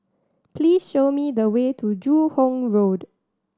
please show me the way to Joo Hong Road